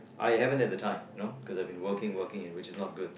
I haven't had the time you know because I have been working working and which is not good